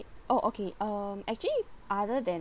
oh okay um actually other than